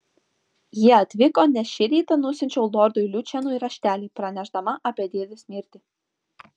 jie atvyko nes šį rytą nusiunčiau lordui lučianui raštelį pranešdama apie dėdės mirtį